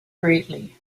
greatly